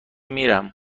میرم